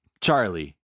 Charlie